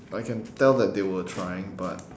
I can tell that they were trying but